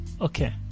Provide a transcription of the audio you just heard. Okay